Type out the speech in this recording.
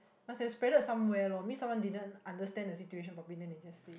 must expected somewhere loh mean someone didn't understand the situation properly then they just